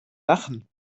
lachen